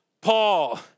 Paul